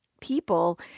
people